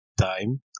time